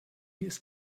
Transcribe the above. ist